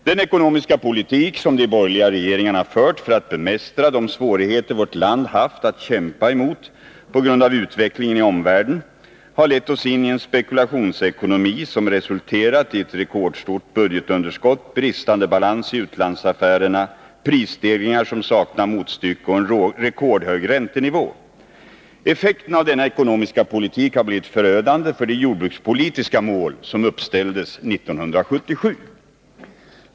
Den ekonomiska politik som de borgerliga regeringarna fört för att bemästra de svårigheter vårt land haft att kämpa emot på grund av utvecklingen i omvärlden har lett oss in i en spekulationsekonomi som resulterat i ett rekordstort budgetunderskott, bristande balans i utlandsaffärerna, prisstegringar som saknar motstycke och en rekordhög räntenivå. Effekten av denna ekonomiska politik har blivit förödande för de jordbrukspolitiska mål som uppställdes 1977.